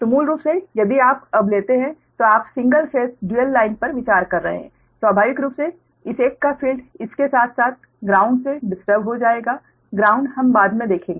तो मूल रूप से यदि आप अब लेते हैं तो आप सिंगल फेज डुयल लाइन पर विचार कर रहे हैं स्वाभाविक रूप से इस एक का फील्ड इसके साथ साथ ग्राउंड से डिस्टर्बड हो जाएगा ग्राउंड हम बाद में देखेंगे